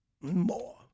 more